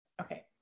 Okay